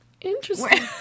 interesting